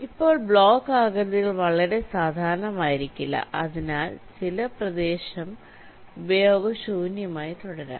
ഇപ്പോൾ ബ്ലോക്ക് ആകൃതികൾ വളരെ സാധാരണമായിരിക്കില്ല അതിനാൽ ചില പ്രദേശം ഉപയോഗശൂന്യമായി തുടരാം